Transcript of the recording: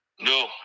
No